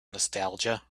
nostalgia